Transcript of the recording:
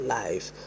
life